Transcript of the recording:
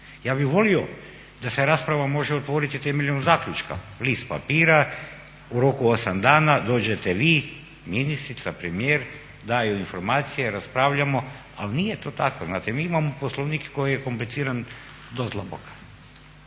Ja bih volio da se rasprava može otvoriti temeljem zaključka, list papira u roku 8 dana dođete vi ministrica, premijer daju informacije, raspravljamo ali nije to tako. Znate, mi imamo Poslovnik koji je kompliciran do zla Boga.